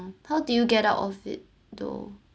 how do you get out of it though